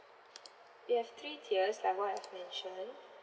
yes three tiers like what I've mentioned